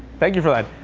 thank you for that.